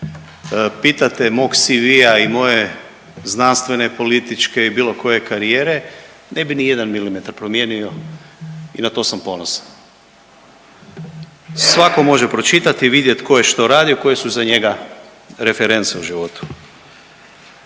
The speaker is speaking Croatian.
pitate mog CV-a i moje znanstvene, političke i bilo koje karijere, ne bi nijedan milimetar promijenio i na to sam ponosan. Svako može pročitat i vidjet ko je što radio koje su za njega reference u životu.